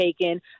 taken